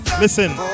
Listen